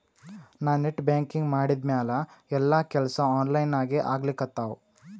ನಾ net banking ಮಾಡಿದ್ಮ್ಯಾಲ ಎಲ್ಲಾ ಕೆಲ್ಸಾ ಆನ್ಲೈನಾಗೇ ಆಗ್ಲಿಕತ್ತಾವ